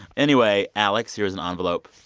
anyway, alex, here is an envelope.